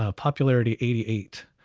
ah popularity eighty eight,